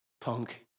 punk